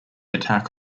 attack